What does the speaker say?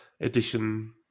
edition